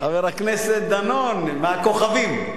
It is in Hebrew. חבר הכנסת דנון, מהכוכבים.